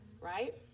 right